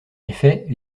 effet